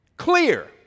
clear